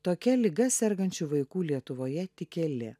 tokia liga sergančių vaikų lietuvoje tik keli